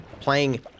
playing